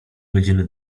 godziny